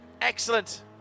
Excellent